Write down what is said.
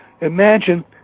imagine